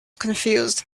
confused